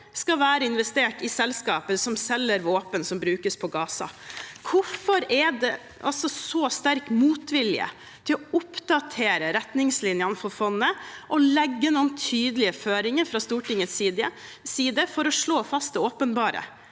skal være investert i selskaper som selger våpen som brukes på Gaza. Hvorfor er det altså så sterk motvilje mot å oppdatere retningslinjene for fondet og legge noen tydelige føringer fra Stortingets side for å slå fast det åpenbare,